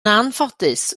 anffodus